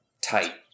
tight